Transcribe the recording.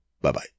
Bye-bye